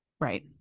Right